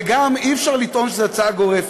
וגם אי-אפשר לטעון שזו הצעה גורפת,